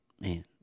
Man